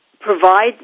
provide